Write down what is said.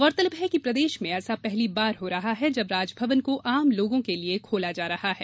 गौरतलब है कि प्रदेश में ऐसा पहली बार हो रहा है जब राजभवन को आम लोगों के लिए खोला जा रहा है